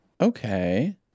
Okay